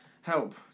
help